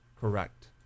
correct